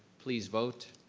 please vote.